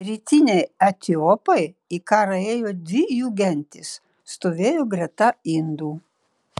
rytiniai etiopai į karą ėjo dvi jų gentys stovėjo greta indų